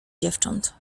dziewcząt